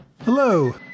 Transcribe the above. Hello